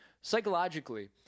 Psychologically